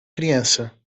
criança